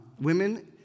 Women